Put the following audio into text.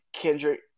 Kendrick –